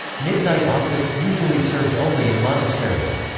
midnight office usually served only in monasteries.